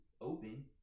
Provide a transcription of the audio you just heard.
open